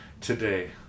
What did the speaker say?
today